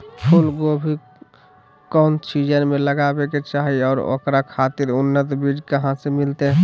फूलगोभी कौन सीजन में लगावे के चाही और ओकरा खातिर उन्नत बिज कहा से मिलते?